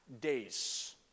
days